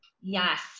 Yes